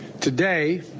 Today